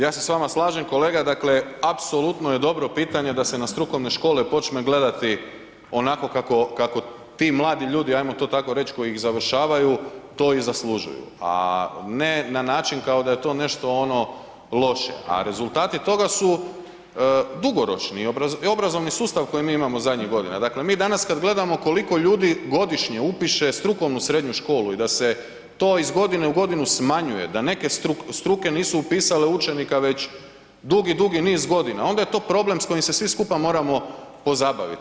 Ja se s vama slažem kolega dakle, apsolutno je dobro pitanje da se na strukovne škole počne gledati onako kako ti mladi ljudi, hajmo to tako reći koji ih završavaju, to i zaslužuju, a ne način kao da je to nešto ono loše, a rezultati toga su dugoročni, obrazovni sustav koji mi imamo zadnjih godina, dakle mi danas kad gledamo koliko ljudi godišnje upiše strukovnu srednju školu i da se to iz godine u godinu smanjuje, da neke struke nisu upisale učenika već dugi, dugi niz godina, onda je to problem s kojim se svi skupa moramo pozabaviti.